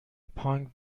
پانگ